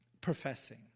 professing